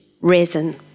resin